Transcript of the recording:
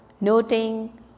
noting